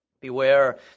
Beware